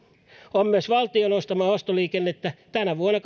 on myös valtion ostamaa ostoliikennettä tänä vuonna